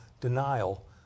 denial